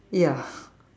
ya